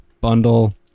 Bundle